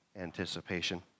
anticipation